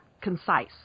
concise